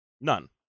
none